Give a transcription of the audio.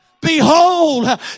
behold